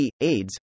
AIDS